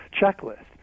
checklist